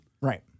Right